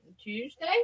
Tuesday